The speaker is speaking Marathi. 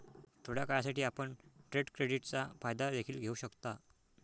थोड्या काळासाठी, आपण ट्रेड क्रेडिटचा फायदा देखील घेऊ शकता